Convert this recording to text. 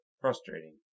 frustrating